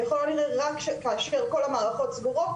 ככל הנראה רק כאשר כל המערכות סגורות,